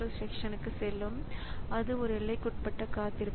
மற்றும் உபகரணம் செயலற்ற நிலையில் இருந்து மாற்றும் நிலைக்கு மாறுகிறது